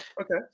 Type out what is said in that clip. Okay